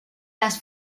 las